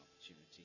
opportunity